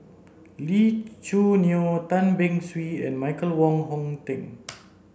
Lee Choo Neo Tan Beng Swee and Michael Wong Hong Teng